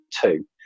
two